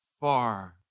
far